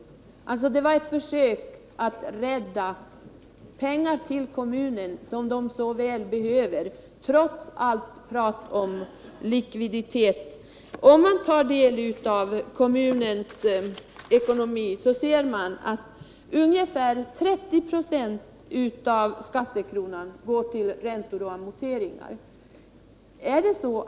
Det var alltså ett försök att rädda pengar till kommunen, pengar som den så väl behöver trots allt borgerligt prat om likviditet. Om man tar del av kommunens ekonomi ser man att ungefär 30 96 av skattekronan går till räntor och amorteringar.